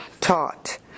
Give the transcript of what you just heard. taught